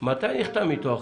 מתי נחתם אתו החוזה?